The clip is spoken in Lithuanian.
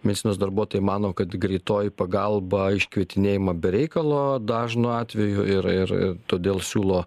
medicinos darbuotojai mano kad greitoji pagalba iškvietinėjama be reikalo dažnu atveju ir ir todėl siūlo